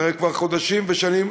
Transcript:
הרי כבר חודשים ושנים,